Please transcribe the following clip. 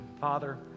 Father